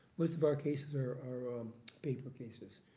most of our cases are are um paper cases.